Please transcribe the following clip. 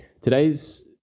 today's